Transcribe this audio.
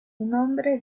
nombre